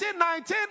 2019